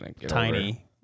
tiny